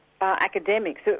academics